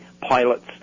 Pilots